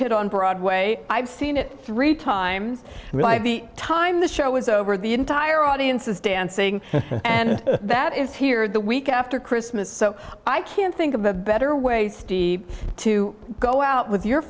hit on broadway i've seen it three times and by the time the show is over the entire audience is dancing and that is here the week after christmas so i can't think of a better way to go out with your